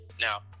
Now